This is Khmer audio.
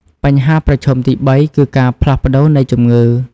បញ្ហាប្រឈមទីបីគឺការផ្លាស់ប្តូរនៃជំងឺ។